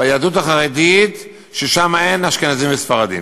ביהדות החרדית שאין שם אשכנזים וספרדים.